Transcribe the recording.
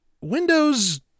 Windows